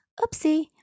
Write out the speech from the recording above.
Oopsie